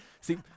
See